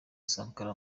sankara